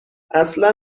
اصلا